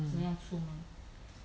mm